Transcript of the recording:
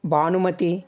Bhanumathi